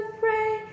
pray